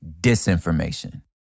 disinformation